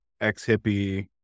ex-hippie